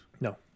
no